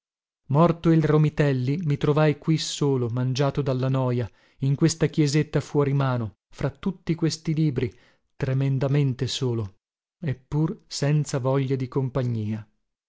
morto il romitelli mi trovai qui solo mangiato dalla noja in questa chiesetta fuori mano fra tutti questi libri tremendamente solo e pur senza voglia di compagnia